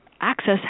access